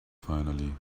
finally